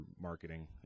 marketing